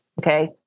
Okay